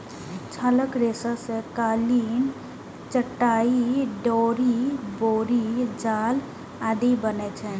छालक रेशा सं कालीन, चटाइ, डोरि, बोरी जाल आदि बनै छै